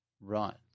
Right